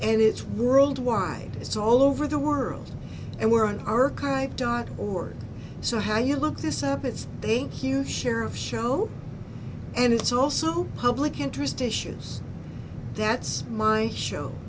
and it's worldwide it's all over the world and we're an archive dot org so how you look this up it's a huge share of show and it's also public interest issues that's my show